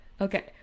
okay